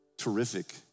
Terrific